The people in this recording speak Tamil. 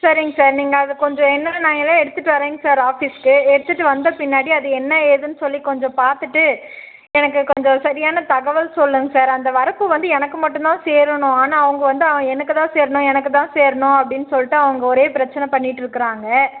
சரிங்க சார் நீங்கள் அதை கொஞ்சம் என்ன நான் எல்லாம் எடுத்துட்டு வர்றேன்ங்க சார் ஆஃபீஸுக்கு எடுத்துட்டு வந்த பின்னாடி அது என்ன ஏதுன்னு சொல்லி கொஞ்சம் பாத்துட்டு எனக்கு கொஞ்சம் சரியான தகவல் சொல்லுங்கள் சார் அந்த வரப்பு வந்து எனக்கு மட்டும் தான் சேரணும் ஆனால் அவங்க வந்து அவன் எனக்கு தான் சேரணும் எனக்கு தான் சேரணும் அப்படின்னு சொல்லிட்டு அவங்க ஒரே பிரச்சனை பண்ணிட்டு இருக்கிறாங்க